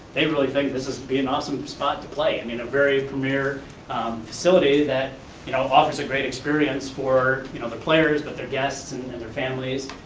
they really think this would be an awesome spot to play. i mean a very premiere facility that you know offers a great experience for you know the players but their guests and and their families,